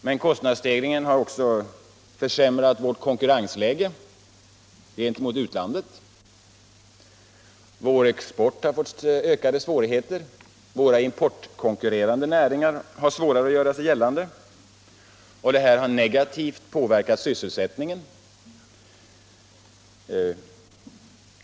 Men kostnadsstegringen har också försämrat vårt konkurrensläge gentemot utlandet. Vår export och våra importkonkurrerande näringar har fått ökade svårigheter. Detta har negativt påverkat sysselsättningen.